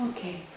Okay